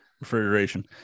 refrigeration